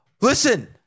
listen